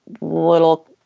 little